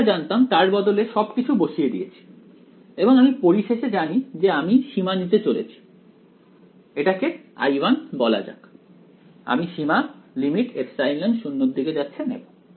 আমি যা জানতাম তার বদলে সবকিছু বসিয়ে দিয়েছি এবং আমি পরিশেষে জানি যে আমি সীমা নিতে চলেছি এটাকে I1 বলা যাক আমি সীমা নেব